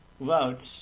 votes